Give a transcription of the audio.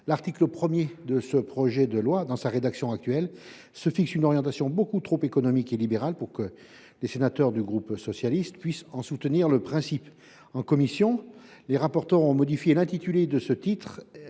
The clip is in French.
l’article 1de ce projet de loi, dans sa rédaction actuelle, définit une orientation beaucoup trop économique et libérale pour que les sénateurs du groupe socialiste puissent en soutenir le principe. En commission, les rapporteurs ont modifié l’intitulé du titre